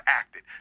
acted